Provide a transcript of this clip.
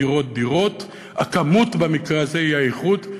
דירות, דירות, דירות, הכמות במקרה הזה היא האיכות.